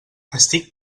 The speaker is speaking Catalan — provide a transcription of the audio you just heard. estic